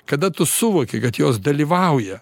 kada tu suvokei kad jos dalyvauja